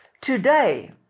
Today